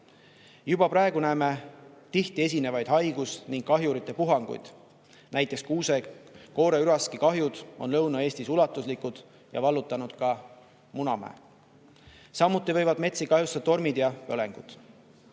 Juba praegu näeme tihti esinevaid haigus- ja kahjurite puhanguid. Näiteks on kuuse-kooreüraski kahjud Lõuna-Eestis ulatuslikud ja vallutanud ka Munamäe. Samuti võivad metsi kahjustada tormid ja põlengud. Metsamaa